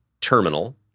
terminal